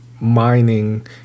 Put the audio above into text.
mining